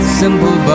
simple